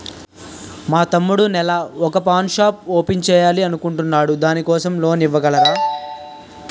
మా తమ్ముడు నెల వొక పాన్ షాప్ ఓపెన్ చేయాలి అనుకుంటునాడు దాని కోసం లోన్ ఇవగలరా?